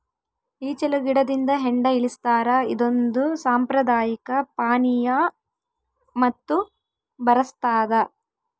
ಈಚಲು ಗಿಡದಿಂದ ಹೆಂಡ ಇಳಿಸ್ತಾರ ಇದೊಂದು ಸಾಂಪ್ರದಾಯಿಕ ಪಾನೀಯ ಮತ್ತು ಬರಸ್ತಾದ